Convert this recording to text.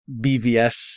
BVS